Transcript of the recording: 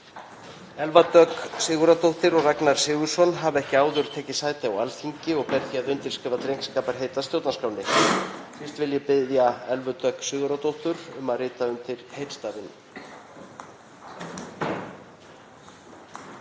Elva Dögg Sigurðardóttir og Ragnar Sigurðsson hafa ekki áður tekið sæti á Alþingi og ber því að undirskrifa drengskaparheit að stjórnarskránni. Fyrst vil ég biðja Elvu Dögg Sigurðardóttur um að rita undir heitstafinn